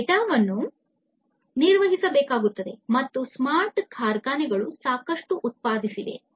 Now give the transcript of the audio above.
ಈ ಡೇಟಾವನ್ನು ನಿರ್ವಹಿಸಬೇಕಾಗುತ್ತದೆ ಮತ್ತು ಸ್ಮಾರ್ಟ್ ಕಾರ್ಖಾನೆಗಳು ಸಾಕಷ್ಟು ಉತ್ಪಾದಿಸಿವೆ